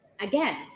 again